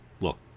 look